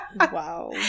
Wow